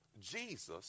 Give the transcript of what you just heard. Jesus